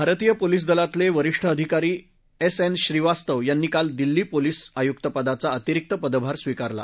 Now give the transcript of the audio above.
भारतीय पोलीस सेवा दलातले वरिष्ठ अधिकारी एस एन श्रीवास्तव यांनी काल दिल्ली पोलीस आयुकपदाचा अतिरिक्त पदभार स्वीकारला